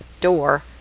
door